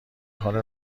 حال